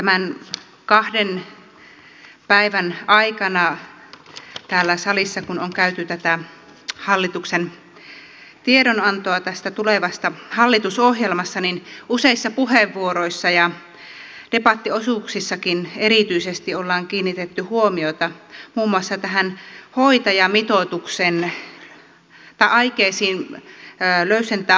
tämän kahden päivän aikana täällä salissa kun on käyty läpi tätä hallituksen tiedonantoa tästä tulevasta hallitusohjelmasta on useissa puheenvuoroissa ja debattiosuuksissakin erityisesti kiinnitetty huomiota aikeisiin löysentää hoitajamitoitusta hoitotyössä